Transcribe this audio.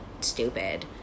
stupid